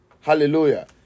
Hallelujah